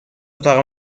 اتاق